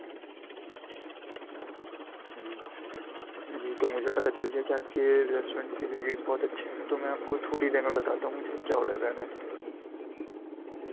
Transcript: جی جی تو مجھے پتہ چل گیا کہ آپ کے ریسٹورینٹ کے ریویوز بہت اچھے ہیں تو میں آپ کو تھوڑی دیر میں بتاتا ہوں مجھے کیا آڈر کرنا ہے